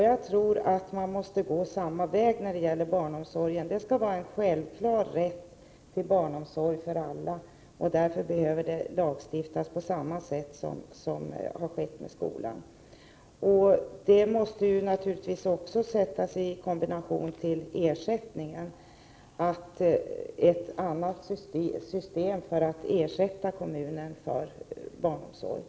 Jag tror att man måste gå samma väg när det gäller barnomsorgen. Barnomsorgen skall vara en självklar rätt för alla, och därför behövs samma slags lagstiftning som för skolan. Detta måste naturligtvis också kombineras med ersättningen, så att vi får ett annat system för att ersätta kommunerna för barnomsorgen.